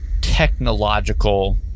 technological